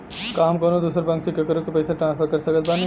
का हम कउनों दूसर बैंक से केकरों के पइसा ट्रांसफर कर सकत बानी?